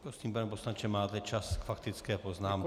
Prosím, pane poslanče, máte čas k faktické poznámce.